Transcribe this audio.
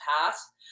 past